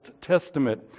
Testament